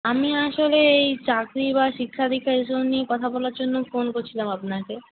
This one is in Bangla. আমি আসলে এই চাকরি বা শিক্ষা দীক্ষা এই সব নিয়ে কথা বলার জন্য ফোন করছিলাম আপনাকে